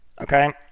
Okay